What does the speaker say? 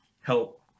help